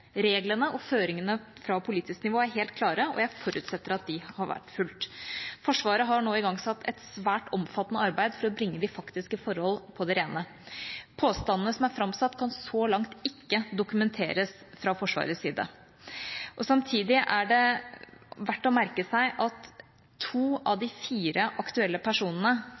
Reglene – og føringene fra politisk nivå – er helt klare, og jeg forutsetter at de har vært fulgt. Forsvaret har nå igangsatt et svært omfattende arbeid for å bringe de faktiske forhold på det rene. Påstandene som er framsatt, kan så langt ikke dokumenteres fra Forsvarets side. Samtidig er det verdt å merke seg at to av de fire aktuelle personene